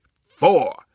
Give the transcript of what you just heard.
four